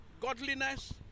godliness